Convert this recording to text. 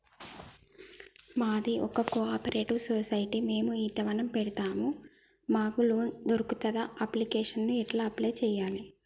మాది ఒక cooperative society మేము ఈత వనం పెడతం మాకు లోన్ దొర్కుతదా? అప్లికేషన్లను ఎట్ల అప్లయ్ చేయాలే?